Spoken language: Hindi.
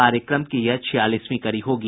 कार्यक्रम की यह छियालीसवीं कड़ी होगी